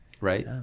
Right